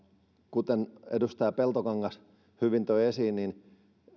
kuten edustaja peltokangas hyvin toi esiin